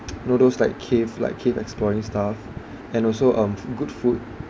know those like cave like cave exploring stuff and also um good food